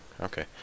Okay